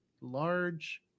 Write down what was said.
large